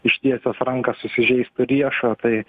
ištiesęs ranką susižeistų riešą tai